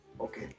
Okay